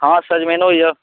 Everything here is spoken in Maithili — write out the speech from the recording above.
हँ सजमनिओ यऽ